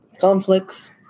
Conflicts